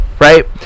Right